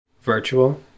virtual